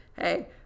hey